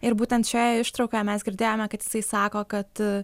ir būtent šioje ištraukoje mes girdėjome kad jisai sako kad